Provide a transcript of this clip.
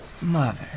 Mother